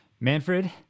Manfred